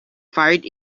fired